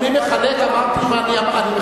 אני אמרתי מה אני מחלק?